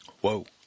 Whoa